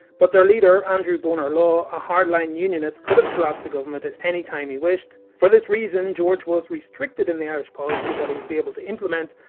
but their leader, andrew bonar law, a hardline unionist, could have collapsed the government at any time he wished. for this reason george was restricted in the irish policy that he was able to implement,